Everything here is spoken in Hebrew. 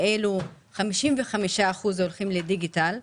ואילו 55% הולכים לדיגיטל.